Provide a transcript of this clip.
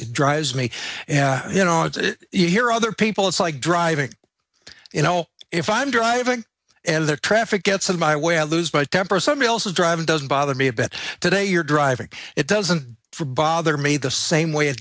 it drives me you know it's you hear other people it's like driving you know if i'm driving and their traffic gets in my way i lose my temper somebody else is driving doesn't bother me a bit today you're driving it doesn't for bother me the same way